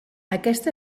aquesta